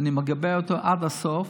ואני מגבה אותו עד הסוף: